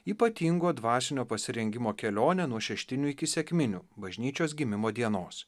ypatingo dvasinio pasirengimo kelionę nuo šeštinių iki sekminių bažnyčios gimimo dienos